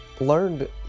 learned